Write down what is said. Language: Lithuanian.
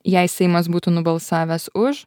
jei seimas būtų nubalsavęs už